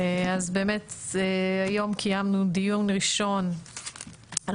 אז באמת היום קיימנו דיון ראשון על